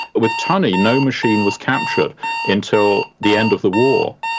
with tunny no machine was captured until the end of the war.